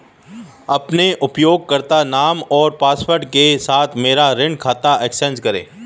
अपने उपयोगकर्ता नाम और पासवर्ड के साथ मेरा ऋण खाता एक्सेस करें